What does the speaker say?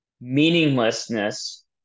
meaninglessness